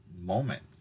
moment